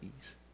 ease